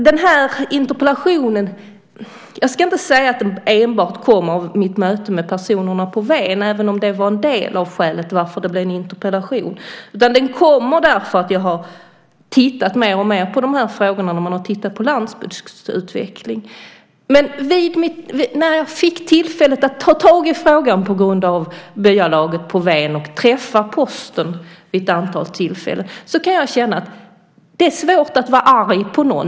Jag ska inte säga att den här interpellationen enbart kommer sig av mitt möte med personerna på Ven även om det var en del av skälet till att det blev en interpellation. Den kommer för att jag har tittat mer och mer på de här frågorna och på landsbygdsutvecklingen. När jag fick tillfälle att ta tag i frågan på grund av byalaget på Ven och träffa Posten vid ett antal tillfällen kunde jag känna att: Det är svårt att vara arg på någon.